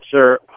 sure